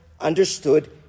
understood